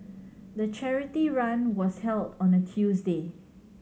the charity run was held on a Tuesday